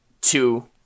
two